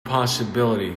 possibility